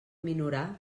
minorar